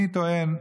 אני טוען: